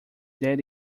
that